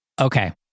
Okay